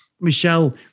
Michelle